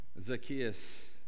Zacchaeus